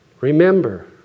Remember